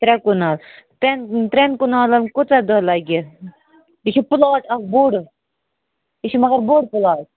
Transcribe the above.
ترٛےٚ کنال ترٛیٚن ترٛیٚن کُنالَن کۭژاہ دۄہ لَگہِ یہِ چھُ پُلاٹ اکھ بوٚڈ یہِ چھُ مگر بوٚڈ پُلاٹ